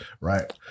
Right